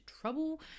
trouble